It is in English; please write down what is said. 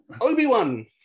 obi-wan